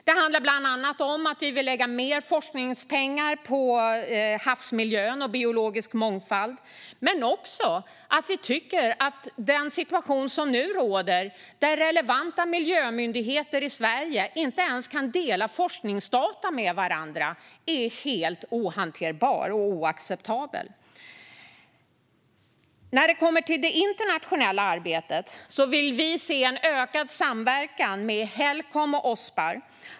Det handlar bland annat om att vi vill lägga mer forskningspengar på havsmiljön och biologisk mångfald. Men vi tycker också att den situation som nu råder, där relevanta miljömyndigheter i Sverige inte ens kan dela forskningsdata med varandra, är helt ohanterbar och oacceptabel. När det kommer till det internationella arbetet vill vi se en ökad samverkan med Helcom och Ospar.